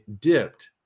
dipped